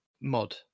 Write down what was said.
mod